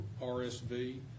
RSV